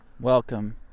Welcome